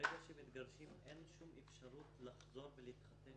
ברגע שמתגרשים אין שום אפשרות לחזור ולהתחתן שוב.